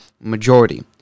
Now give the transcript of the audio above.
majority